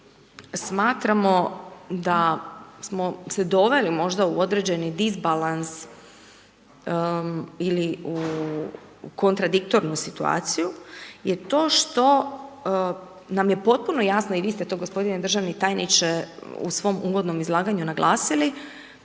smatramo da smo se doveli možda u određeni disbalans ili u kontradiktornu situaciju, je to što nam je potpuno jasno i vi ste to gospodine državni tajniče u svom uvodnom izlaganju naglasili,